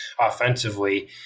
offensively